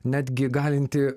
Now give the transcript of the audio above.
netgi galinti